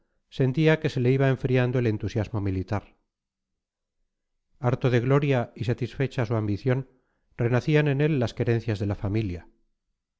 sentía que se le iba enfriando el entusiasmo militar harto de gloria y satisfecha su ambición renacían en él las querencias de la familia